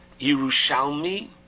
Yerushalmi